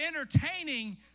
entertaining